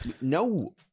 no